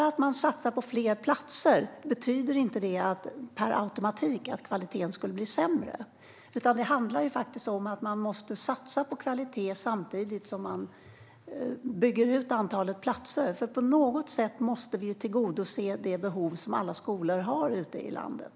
Att man satsar på fler platser betyder inte att kvaliteten per automatik blir sämre. Man måste satsa på kvalitet samtidigt som man bygger ut antalet platser. På något sätt måste vi tillgodose det behov som alla skolor har ute i landet.